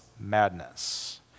madness